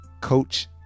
coach